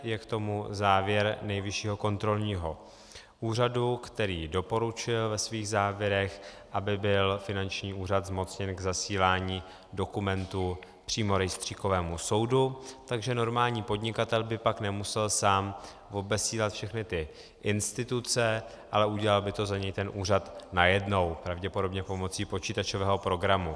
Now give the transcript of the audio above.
Je k tomu závěr Nejvyššího kontrolního úřadu, který doporučil ve svých závěrech, aby byl finanční úřad zmocněn k zasílání dokumentů přímo rejstříkovému soudu, takže normální podnikatel by pak nemusel sám obesílat všechny ty instituce, ale udělal by to za něj ten úřad najednou, pravděpodobně pomocí počítačového programu.